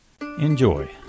enjoy